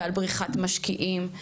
ועל בריחת משקיעים,